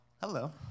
Hello